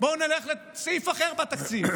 בואו נלך לסעיף אחר בתקציב,